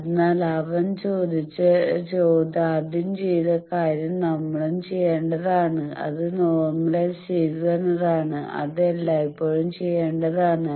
അതിനാൽ അവൻ ആദ്യം ചെയ്ത കാര്യം നമ്മളും ചെയേണ്ടതായുണ്ട് അത് നോർമലൈസ് ചെയുക എന്നതാണ് അത് എല്ലായ്പ്പോഴും ചെയ്യേണ്ടതാണ്